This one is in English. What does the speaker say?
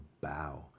bow